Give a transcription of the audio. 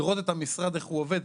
לראות איך המשרד עובד,